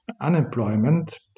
unemployment